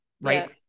right